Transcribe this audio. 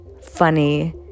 funny